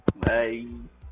bye